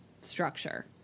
structure